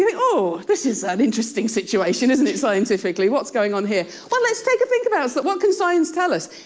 yeah oh, this is an interesting situation, isn't it? scientifically, what's going on here? well, let's take a think about this. but what can science tell us?